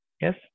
Yes